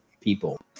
people